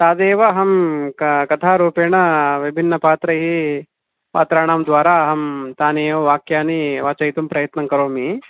तदेव अहं कथारूपेण विभिन्नपात्रैः पात्राणां द्वारा अहं तानि एव वाक्यानि वाचयितुं प्रयत्नं करोमि